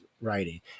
writing